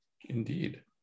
Indeed